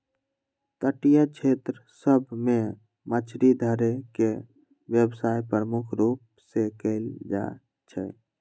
तटीय क्षेत्र सभ में मछरी धरे के व्यवसाय प्रमुख रूप से कएल जाइ छइ